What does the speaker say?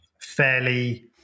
fairly